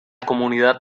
comunidad